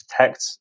detect